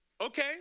okay